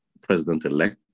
president-elect